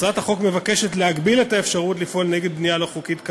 הצעת החוק מבקשת להגביל את האפשרות לפעול נגד בנייה לא חוקית כאמור,